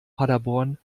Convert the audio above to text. paderborn